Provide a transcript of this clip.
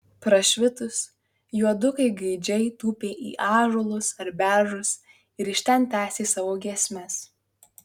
prašvitus juodukai gaidžiai tūpė į ąžuolus ar beržus ir iš ten tęsė savo giesmes